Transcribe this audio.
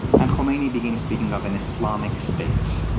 and khomeini began speaking of an islamic state.